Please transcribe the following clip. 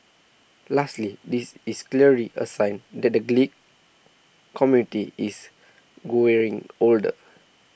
lastly this is clearly a sign that the community is growing older